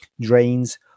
drains